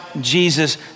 Jesus